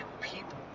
people